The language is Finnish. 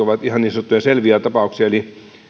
ovat ihan niin sanottuja selviä tapauksia eli kun